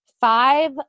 Five